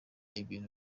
ibintu